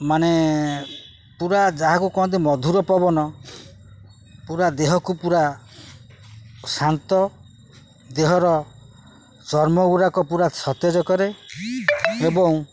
ମାନେ ପୁରା ଯାହାକୁ କହନ୍ତି ମଧୁର ପବନ ପୁରା ଦେହକୁ ପୁରା ଶାନ୍ତ ଦେହର ଚର୍ମ ଗୁଡ଼ାକ ପୁରା ସତେଜ କରେ ଏବଂ